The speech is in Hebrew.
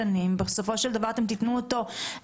בראשותו של פרופ' שוקי שמר,